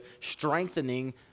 strengthening